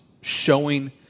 showing